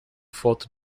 foto